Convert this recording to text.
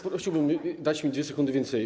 Prosiłbym, by dać mi 2 sekundy więcej.